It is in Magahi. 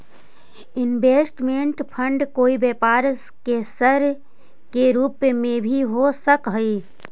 इन्वेस्टमेंट फंड कोई व्यापार के सर के रूप में भी हो सकऽ हई